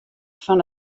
fan